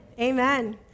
Amen